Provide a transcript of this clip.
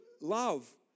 Love